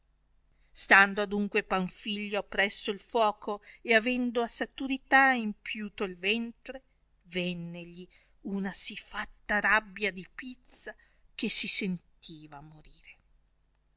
stando adunque panfilio appresso il fuoco e avendo a saturità empiuto il ventre vennegli una sì fatta rabbia di pizza che si sentiva morire